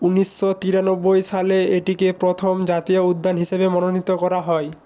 উনিশশো তিরানব্বই সালে এটিকে প্রথম জাতীয় উদ্যান হিসেবে মনোনীত করা হয়